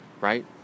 right